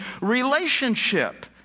relationship